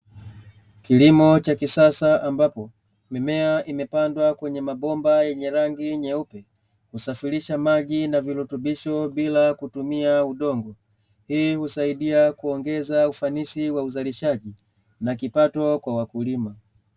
Kilimo cha kisasa ambapo mimea imepandwa kwenye mabomba yenye rangi nyeupe, husafirisha maji na virutubisho bila kutumia udongo, hii husaidia kuongeza ufanisi wa uzalishaji na kipato kwa wakulima.